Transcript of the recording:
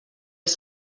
els